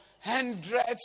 hundreds